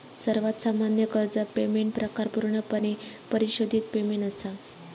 सर्वात सामान्य कर्ज पेमेंट प्रकार पूर्णपणे परिशोधित पेमेंट असा